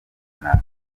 runaka